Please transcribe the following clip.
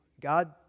God